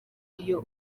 iyo